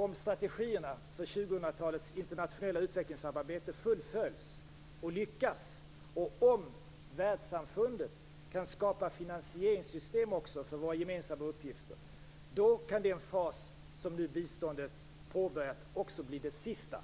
Om strategierna för 2000-talets internationella utvecklingssamarbete fullföljs och lyckas, och om världssamfundet också kan skapa finansieringssystem för våra gemensamma uppgifter, då kan den fas som biståndet nu påbörjat också bli dess sista.